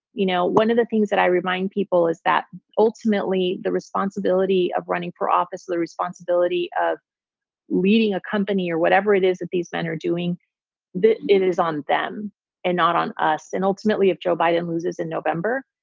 you know, one of the things that i remind people is that ultimately the responsibility of running for office is the responsibility of leading a company or whatever it is that these men are doing that is on them and not on us. and ultimately, if joe biden loses in november,